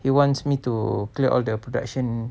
he wants me to clear all their production